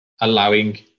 allowing